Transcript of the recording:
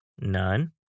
None